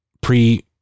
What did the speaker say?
pre